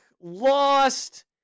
lost